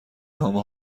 نامه